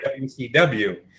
WCW